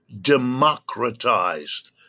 democratized